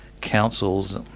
councils